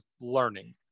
learning